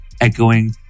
echoing